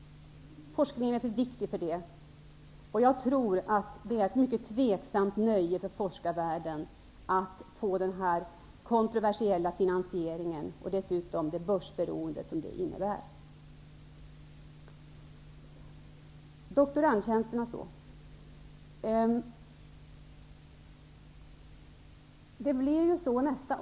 Forskningen är för viktig för det. Jag tror att det är ett mycket tvivelaktigt nöje för forskarvärlden att få den här kontroversiella finansieringen och dessutom det börsberoende som den innebär. Några ord om doktorandtjänsterna.